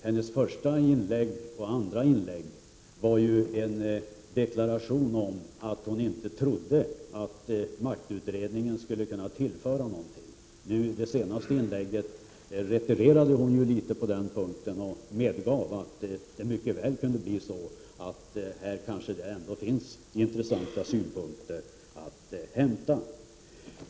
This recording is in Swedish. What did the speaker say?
Hennes första och andra inlägg innebar ju en deklaration om att hon inte trodde att maktutredningen skulle kunna tillföra någonting. I det senaste inlägget retirerade hon ju litet på den punkten och medgav att här kanske ändå finns intressanta synpunkter att hämta.